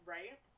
Right